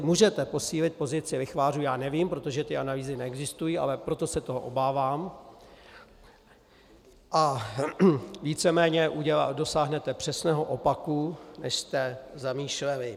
Můžete posílit pozici lichvářů, nevím, protože ty analýzy neexistují, ale proto se toho obávám, a víceméně dosáhnete přesného opaku, než jste zamýšleli.